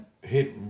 hit